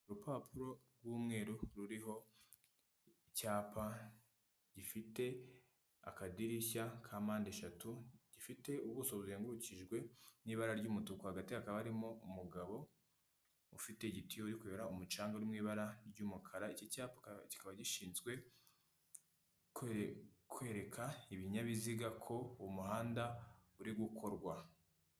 Urupapuro rw'umweru ruriho icyapa gifite akadirishya ka mpandeshatu, gifite ubuso buzengukijwe n'ibara ry'umutuku, hagati hakaba harimo umugabo ufite igitiyo uri kuyora umucanga mu ibara ry'umukara, iki cyapa kikaba gishinzwe kwereka ibinyabiziga ko umuhanda uri gukorwa.